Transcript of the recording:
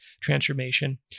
transformation